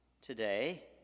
today